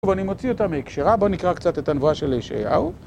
אני מוציא אותה מהקשרה, בואו נקרא קצת את הנבואה של ישעיהו